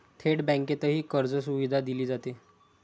थेट बँकेतही कर्जसुविधा दिली जाते